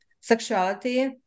sexuality